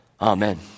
Amen